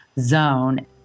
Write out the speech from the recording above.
zone